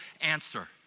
answer